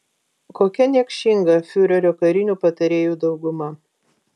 kokia niekšinga fiurerio karinių patarėjų dauguma